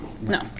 No